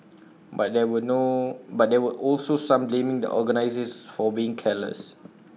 but there were no but there were also some blaming the organisers for being careless